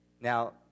Now